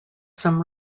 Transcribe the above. some